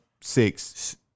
six